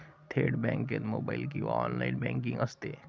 थेट बँकेत मोबाइल किंवा ऑनलाइन बँकिंग असते